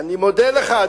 אני מודה לך,